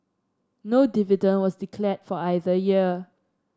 no dividend was declared for either year